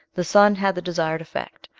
the sun had the desired effect,